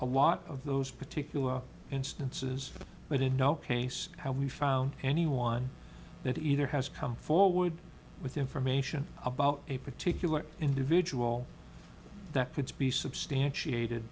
a lot of those particular instances but in no case have we found anyone that either has come forward with information about a particular individual that could be substantiated